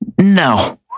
No